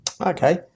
okay